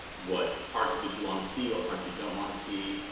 what parts of it you want to see, what parts you don't want to see,